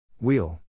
Wheel